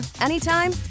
anytime